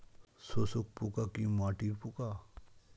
শোষক পোকা কি মাটির পোকা?